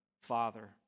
Father